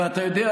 אתה יודע,